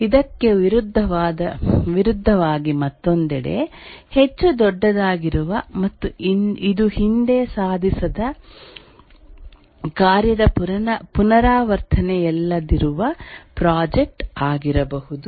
ಇದಕ್ಕೆ ವಿರುದ್ಧವಾಗಿ ಮತ್ತೊಂದೆಡೆ ಹೆಚ್ಚು ದೊಡ್ಡದಾಗಿರುವ ಮತ್ತು ಇದು ಹಿಂದೆ ಸಾಧಿಸಿದ ಕಾರ್ಯದ ಪುನರಾವರ್ತನೆಯಲ್ಲದಿರುವ ಪ್ರಾಜೆಕ್ಟ್ ಆಗಿರಬಹುದು